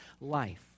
life